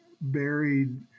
buried